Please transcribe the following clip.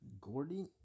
Gordy